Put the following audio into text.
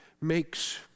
makes